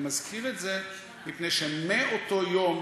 אני מזכיר את זה מפני שמאותו יום